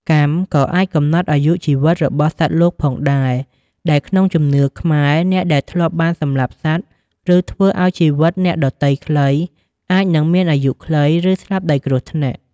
កម្មក៏អាចកំណត់អាយុជីវិតរបស់សត្វលោកផងដែរ ដែលក្នុងជំនឿខ្មែរអ្នកដែលធ្លាប់បានសម្លាប់សត្វ ឬធ្វើឲ្យជីវិតអ្នកដទៃខ្លី អាចនឹងមានអាយុខ្លី ឬស្លាប់ដោយគ្រោះថ្នាក់។